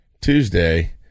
Tuesday